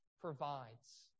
Provides